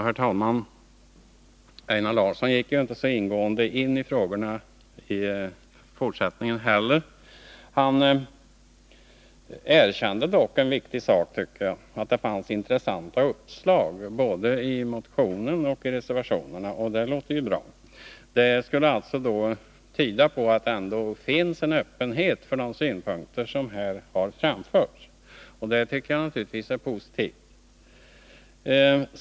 Herr talman! Einar Larsson gick inte heller i sitt senaste inlägg in på de aktuella frågorna. Han erkände dock en viktig sak, nämligen att det fanns intressanta uppslag både i motionen och i reservationerna, och det var ju bra. Det skulle ändå tyda på att det finns en öppenhet för de synpunkter som här har framförts, och det är naturligtvis positivt.